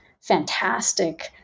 fantastic